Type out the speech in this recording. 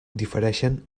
difereixen